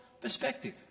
perspective